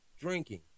drinking